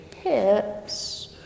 hips